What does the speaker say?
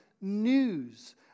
news